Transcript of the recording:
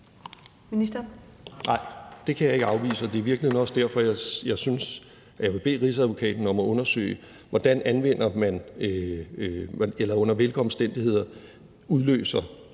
det kan jeg ikke afvise, og det er i virkeligheden også derfor, jeg synes, at jeg vil bede Rigsadvokaten om at undersøge, under hvilke omstændigheder betingede